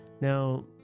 Now